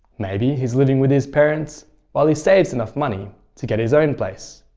maybe he's living with his parents while he saves enough money to get his own place.